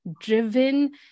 driven